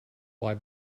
why